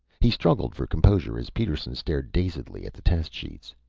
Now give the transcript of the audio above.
he struggled for composure as peterson stared dazedly at the test sheets.